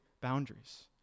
boundaries